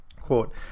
quote